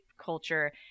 culture